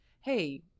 Hey